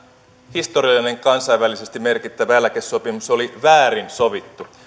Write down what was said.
historiallinen kansainvälisesti merkittävä eläkesopimus oli väärin sovittu